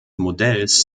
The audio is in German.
modells